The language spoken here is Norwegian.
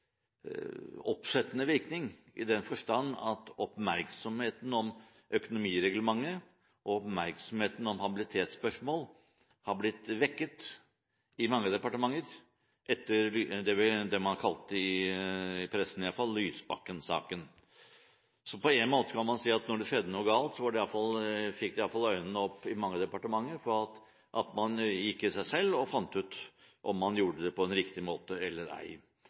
oppsettende virkning, i den forstand at oppmerksomheten om økonomireglementet og oppmerksomheten om habilitetsspørsmål har blitt vekket i mange departementer etter det man kalte – i pressen, iallfall – Lysbakken-saken. På en måte kan man si at da det skjedde noe galt, fikk iallfall mange departementer øynene opp for det å gå i seg selv og finne ut om man gjorde det på en riktig måte eller ei.